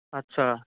আচ্ছা